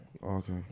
okay